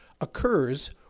occurs